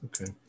Okay